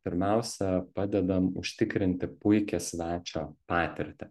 pirmiausia padedam užtikrinti puikią svečio patirtį